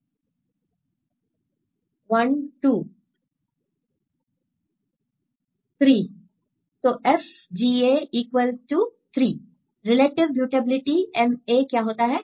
student 2 3 1 2 student 3 3 तो FGAइक्वल to 3 relative mutability MAक्या होता है